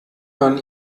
man